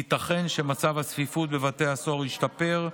ייתכן שמצב הצפיפות בבתי הסוהר ישתפר,